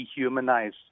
dehumanize